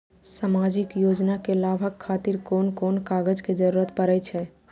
सामाजिक योजना के लाभक खातिर कोन कोन कागज के जरुरत परै छै?